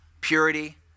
purity